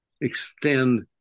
extend